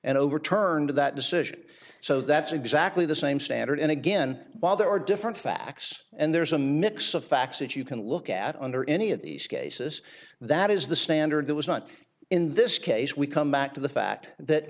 and overturned that decision so that's exactly the same standard and again while there are different facts and there's a mix of facts that you can look at under any of these cases that is the standard that was not in this case we come back to the fact that